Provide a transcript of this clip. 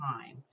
time